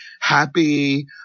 happy